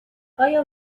آیا